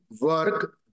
work